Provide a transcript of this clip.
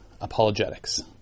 apologetics